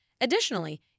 Additionally